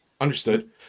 Understood